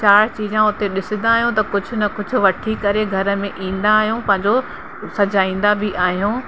चारि चीजां हुते ॾिसंदा आहियूं त कुझु न कुझु वठी करे घर में ईंदा आहियूं पंहिंजो सजाईंदा बि आहियूं